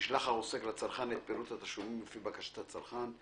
ישלח העוסק לצרכן את פירוט התשלומים לפי בקשת הצרכן,